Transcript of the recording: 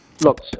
Look